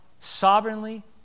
sovereignly